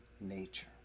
nature